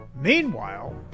Meanwhile